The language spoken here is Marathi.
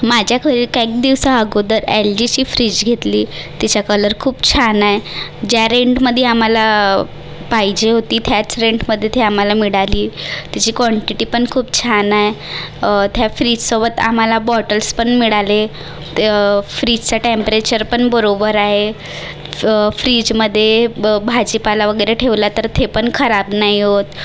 माझ्या खोलीत कैक दिवसाअगोदर एलजीची फ्रीज घेतली तिचा कलर खूप छान आहे ज्या रेंटमधे आम्हाला पाहिजे होती त्याच रेंटमधे ती आम्हाला मिळाली तिची क्वाँटिटी पण खूप छान आहे त्या फ्रीजसोबत आम्हाला बॉटल्सपण मिळाले फ्रीजचं टॅम्परेचरपण बरोबरा आहे फ्रीजमधे ब भाजीपाला वगैरे ठेवला तर ते पण खराब नाही होत